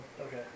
okay